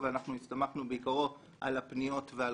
ואנחנו הסתמכנו בעיקר על הפניות ועל